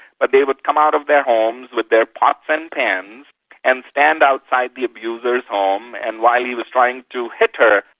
but they would come out of their homes with their pots and pans and stand outside the abuser's home and while he was trying to hit her,